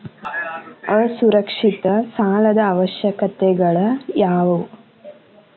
ಅಸುರಕ್ಷಿತ ಸಾಲದ ಅವಶ್ಯಕತೆಗಳ ಯಾವು